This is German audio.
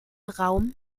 raum